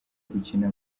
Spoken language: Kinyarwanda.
gukina